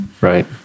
Right